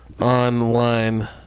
online